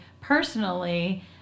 personally